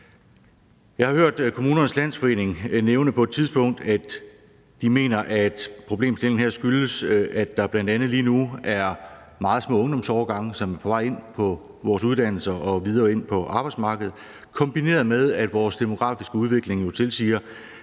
Jeg har hørt Kommunernes Landsforening nævne på et tidspunkt, at de mener, at problemstillingen her skyldes, at der bl.a. lige nu er meget små ungdomsårgange, som er på vej ind på vores uddannelser og videre ind på arbejdsmarkedet, kombineret med, at vores demografiske udvikling jo tilsiger,